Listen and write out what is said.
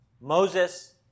Moses